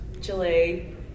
Chile